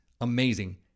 amazing